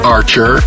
Archer